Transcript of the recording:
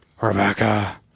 Rebecca